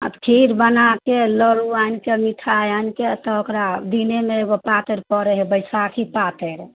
आओर खीर बनाकऽ लड्डू आनिकऽ मिठाइ आनिकऽ तऽ ओकरा दिनेमे एगो पातरि पड़ै हइ बैसाखी पातरि